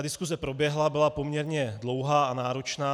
Diskuse proběhla, byla poměrně dlouhá a náročná.